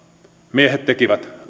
miehet tekivät